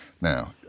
Now